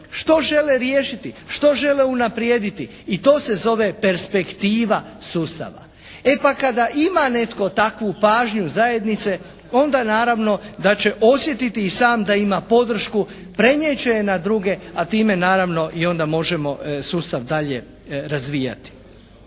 Što žele riješiti? Što žele unaprijediti? I to se zove perspektiva sustava. E pa kada ima netko takvu pažnju zajednice onda naravno da će osjetiti i sam da ima podršku. Prenijet će je na druge, a time naravno i onda možemo sustav dalje razvijati.